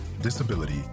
disability